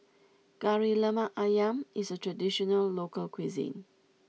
Kari Lemak Ayam is a traditional local cuisine